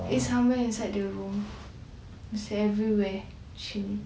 it's somewhere inside the room it's everywhere